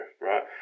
right